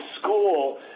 school